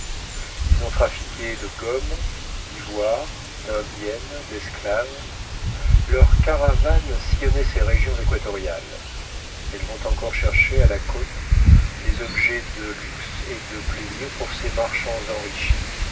ils ont trafiqué de gommes d'ivoire d'indienne d'esclaves leurs caravanes sillonnaient ces régions équatoriales elles vont encore chercher à la côté les objets de luxe et de plaisir pour ces marchands enrichis